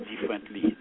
differently